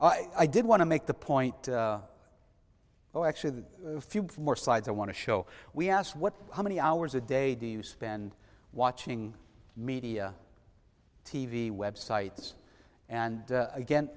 do i did want to make the point oh actually a few more sides i want to show we asked what how many hours a day do you spend watching media t v websites and again